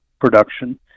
production